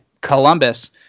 Columbus